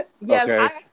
Yes